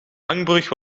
hangbrug